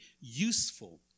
useful